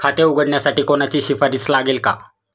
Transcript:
खाते उघडण्यासाठी कोणाची शिफारस लागेल का?